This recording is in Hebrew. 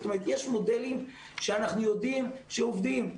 זאת אומרת יש מודלים שאנחנו יודעים שעובדים.